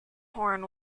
horn